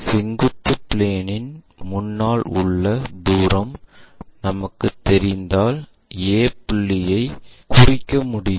செங்குத்து பிளேன் இன் முன்னால் உள்ள தூரம் நமக்குத் தெரிந்தால் a புள்ளியை குறைக்க முடியும்